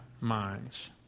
minds